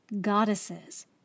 goddesses